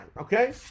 okay